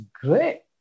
great